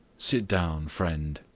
sit down, friend,